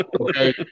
okay